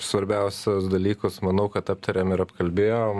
svarbiausius dalykus manau kad aptarėm ir apkalbėjom